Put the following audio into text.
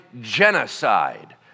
genocide